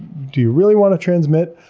do you really want to transmit?